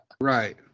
right